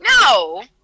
no